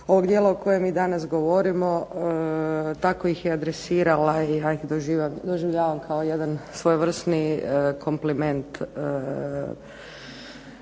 ovog dijela o kojem mi danas govorimo. Tako ih je adresirala i ja ih doživljavam kao jedan svojevrsni kompliment